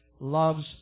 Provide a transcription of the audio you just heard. love's